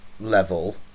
level